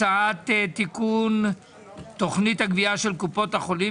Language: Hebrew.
הצעת תיקון תוכנית הגבייה של קופות החולים